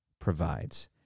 provides